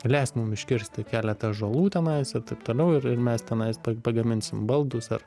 leisk mums iškirsti keletą ąžuolų tenais ir taip toliau ir ir mes tenais pagaminsim baldus ar